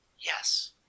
yes